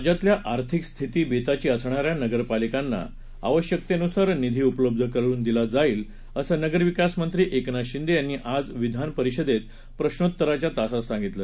राज्यातल्या आर्थिक स्थिती बेताची असणाऱ्या नगरपालिकांना आवश्यकतेनुसार निधी उपलब्ध करून दिला जाईल असं नगरविकास मंत्री एकनाथ शिंदे यांनी आज विधान परिषदेत प्रश्रोत्तराच्या तासात सांगितलं